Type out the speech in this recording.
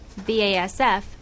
BASF